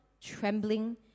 trembling